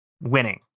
winning